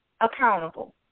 accountable